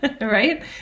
right